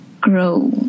grow